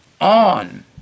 on